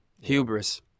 hubris